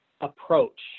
approach